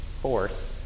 force